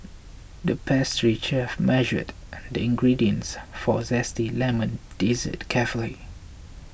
the pastry chef measured the ingredients for a Zesty Lemon Dessert carefully